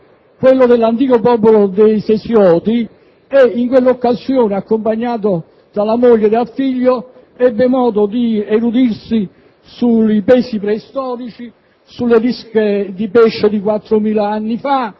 quello dell'antico popolo dei Sesioti, e in quell'occasione, accompagnato dalla moglie e dal figlio, ebbe modo di erudirsi sui sesi preistorici, sulle lische di pesce di 4.000 anni fa